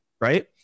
right